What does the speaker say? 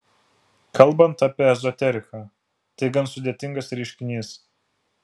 kalbant apie ezoteriką tai gan sudėtingas reiškinys